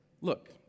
look